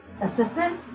assistant